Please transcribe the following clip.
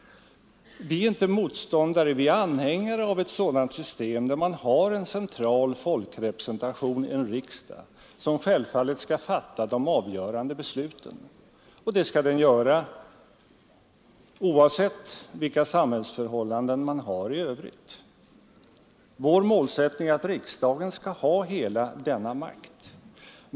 Vi är inte motståndare till utan anhängare av ett sådant system där man har en central folkrepresentation, en riksdag, som självfallet skall fatta de avgörande besluten, och det skall folkrepresentationen göra oavsett vilka samhällsförhållanden som råder i övrigt. Vår målsättning är att riksdagen skall ha hela denna makt.